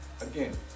again